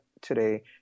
today